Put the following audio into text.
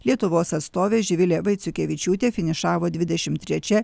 lietuvos atstovė živilė vaiciukevičiūtė finišavo dvidešim trečia